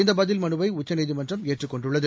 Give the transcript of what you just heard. இந்த பதில் மனுவை உச்சநீதிமன்றம் ஏற்றுக் கொண்டுள்ளது